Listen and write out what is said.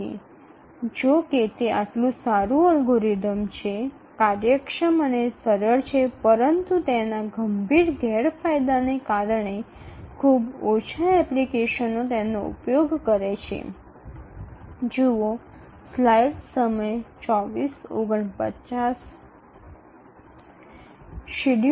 যদিও এটি একটি ভাল অ্যালগরিদম কার্যকর এবং সহজ তবে এর মারাত্মক অসুবিধার কারণে খুব কম অ্যাপ্লিকেশন এটি ব্যবহার করে